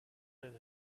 than